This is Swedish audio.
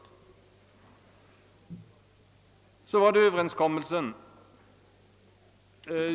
Denna tanke väger i varje fall för mig tungt.